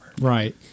Right